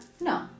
No